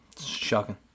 Shocking